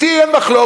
אתי אין מחלוקת,